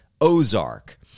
Ozark